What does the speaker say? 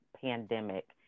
pandemic